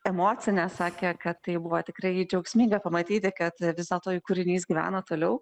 emocinė sakė kad tai buvo tikrai džiaugsminga pamatyti kad vis dėlto jų kūrinys gyvena toliau